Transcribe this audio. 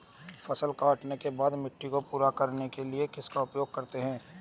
फसल काटने के बाद मिट्टी को पूरा करने के लिए किसका उपयोग करते हैं?